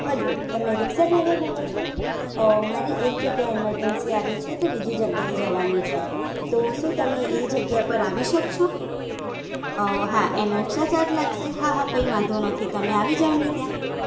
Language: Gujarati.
હલો તમે રિક્સા ડ્રાઈવર બોલો છો મારે જગ્યાએ એમર્જન્સી આવી છે તો બીજી જગ્યાએ જવાનું છે તો શું તમે એ જગ્યા પર આવી શકશો હા એનું એકસ્ટ્ર્રા ચાર્જ લાગશે હા હા કંઈ વાંધો નથી તમે આવી જાવને ત્યાં